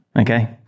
Okay